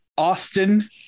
Austin